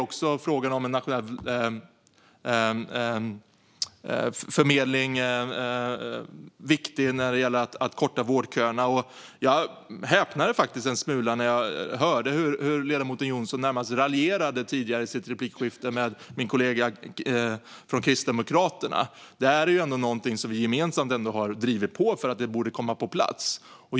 En nationell förmedling är också viktig för att korta vårdköerna. Jag häpnade en smula när jag hörde hur ledamoten Jonsson tidigare närmast raljerade i sitt replikskifte med min kollega från Kristdemokraterna. Detta är någonting som vi gemensamt har drivit på och som borde komma på plats.